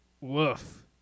woof